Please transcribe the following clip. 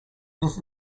this